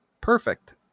Perfect